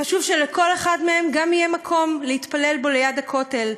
חשוב שלכל אחד מהם גם יהיה מקום להתפלל בו ליד הכותל,